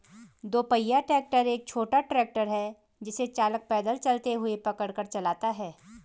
दो पहिया ट्रैक्टर एक छोटा ट्रैक्टर है जिसे चालक पैदल चलते हुए पकड़ कर चलाता है